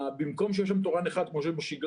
במקום שיהיה שם תורן אחד כמו שבשגרה